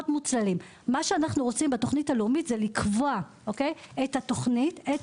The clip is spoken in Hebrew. מה שאנחנו רוצים בתוכנית הלאומית זה לקבוע את התוכנית ואת